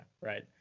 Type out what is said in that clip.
right